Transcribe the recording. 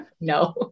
No